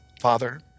Father